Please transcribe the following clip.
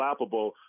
unflappable